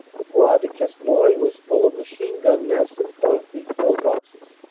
the bois de quesnoy was full of machine-gun nests and concrete pill-boxes.